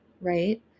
right